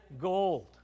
gold